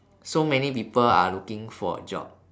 so many people are looking for a job